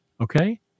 Okay